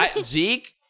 Zeke